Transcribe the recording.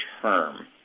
term